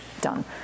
done